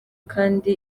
kandi